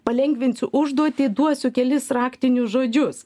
palengvinsiu užduotį duosiu kelis raktinius žodžius